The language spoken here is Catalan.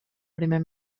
primer